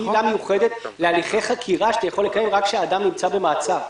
היא עילה מיוחדת להליכי חקירה שאתה יכול לקיים רק כשאדם נמצא במעצר.